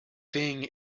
thing